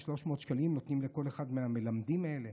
300 שקלים שנותנים לכל אחד מהמלמדים האלה?